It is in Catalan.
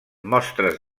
mostres